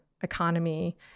economy